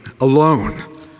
alone